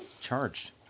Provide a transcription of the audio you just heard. charged